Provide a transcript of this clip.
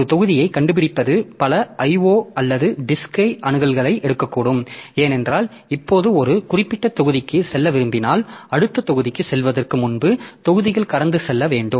ஒரு தொகுதியைக் கண்டுபிடிப்பது பல IO அல்லது டிஸ்க் அணுகல்களை எடுக்கக்கூடும் ஏனென்றால் இப்போது ஒரு குறிப்பிட்ட தொகுதிக்கு செல்ல விரும்பினால் அடுத்த தொகுதிக்குச் செல்வதற்கு முன்பு தொகுதிகள் கடந்து செல்ல வேண்டும்